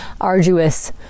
arduous